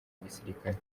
gisirikare